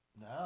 No